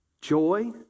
joy